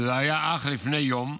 שזה היה אך לפני יום,